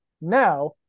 now